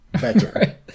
Better